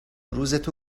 روزتو